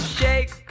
shake